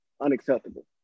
unacceptable